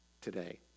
today